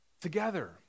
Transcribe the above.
together